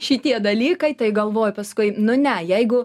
šitie dalykai tai galvoju paskui nu ne jeigu